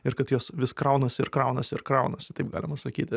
ir kad jos vis kraunasi ir kraunasi ir kraunasi taip galima sakyti